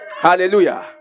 Hallelujah